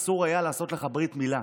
אסור היה לעשות לך ברית מילה.